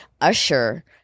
usher